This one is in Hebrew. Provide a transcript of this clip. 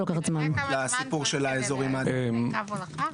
אתה יודע כמה זמן צריך לקו הולכה?